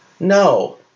No